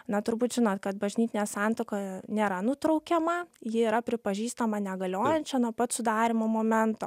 na turbūt žinot kad bažnytinė santuoka nėra nutraukiama ji yra pripažįstama negaliojančia nuo pat sudarymo momento